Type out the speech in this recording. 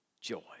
joy